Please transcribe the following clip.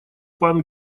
пан